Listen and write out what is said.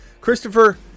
Christopher